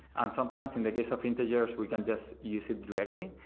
and sometimes in the case of integers, we can just use it directly.